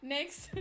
Next